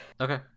Okay